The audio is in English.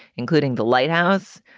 including the lighthouse,